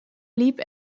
blieb